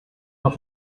not